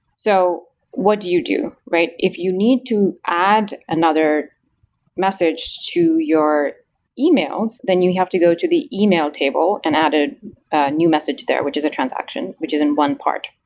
so what do you do? if you need to add another message to your emails, then you have to go to the email table and add a new message there, which is a transaction, which is in one part.